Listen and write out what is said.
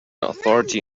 authority